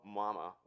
mama